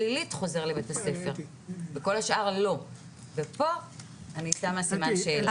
שלילית יכול לחזור לביה"ס וכל השאר לא ופה אני שמה סימן שאלה.